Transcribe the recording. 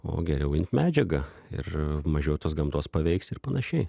o geriau imt medžiagą ir mažiau tos gamtos paveiks ir panašiai